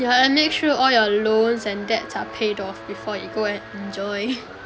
yeah and make sure all your loans and debts are paid off before you go and enjoy